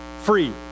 free